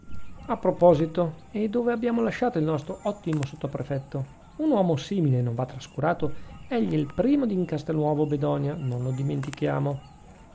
a proposito e dove abbiamo lasciato il nostro ottimo sottoprefetto un uomo simile non va trascurato egli è il primo in castelnuovo bedonia non lo dimentichiamo